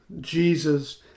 Jesus